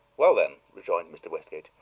well, then, rejoined mr. westgate,